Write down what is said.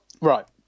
right